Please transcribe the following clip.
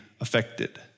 affected